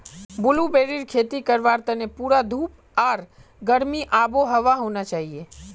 ब्लूबेरीर खेती करवार तने पूरा धूप आर गर्म आबोहवा होना चाहिए